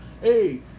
hey